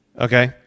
Okay